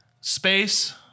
space